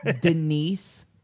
Denise